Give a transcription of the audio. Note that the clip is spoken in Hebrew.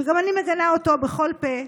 שגם אני מגנה אותו בכל פה.